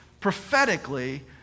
prophetically